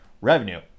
revenue